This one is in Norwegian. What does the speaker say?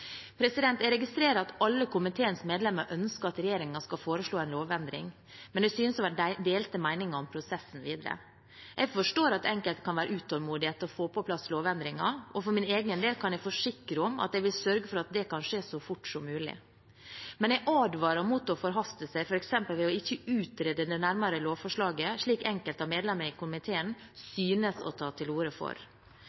Jeg registrerer at alle komiteens medlemmer ønsker at regjeringen skal foreslå en lovendring, men det synes å være delte meninger om prosessen videre. Jeg forstår at enkelte kan være utålmodige etter å få på plass lovendringer, og for min egen del kan jeg forsikre om at jeg vil sørge for at det kan skje så fort som mulig. Men jeg advarer mot å forhaste seg, f.eks. ved ikke å utrede lovforslaget nærmere, slik enkelte av medlemmene i komiteen